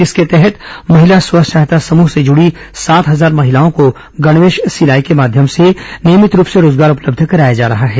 इसके तहत महिला स्व सहायता समूह से जूड़ी सात हजार महिलाओं को गणवेश सिलाई के माध्यम से नियमित रूप से रोजगार उपलब्ध कराया जा रहा है